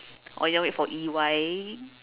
or you want to wait for E_Y